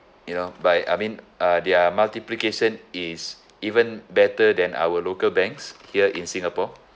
you know by I mean uh their multiplication is even better than our local banks here in singapore